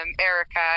Erica